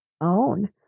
own